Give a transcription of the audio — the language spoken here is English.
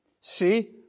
see